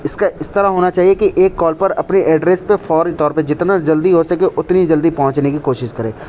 اس کا اس طرح ہونا چاہیے کہ ایک کال پر اپنے ایڈریس پہ فوری طور پہ جتنا جلدی ہو سکے اتنی ہی جلدی پہنچنے کی کوشش کرے